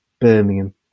Birmingham